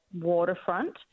waterfront